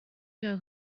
know